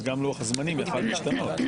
אז גם לוח הזמנים יכול היה להשתנות.